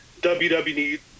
WWE